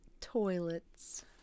Toilets